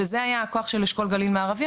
וזה היה הכוח של אשכול גליל מערבי,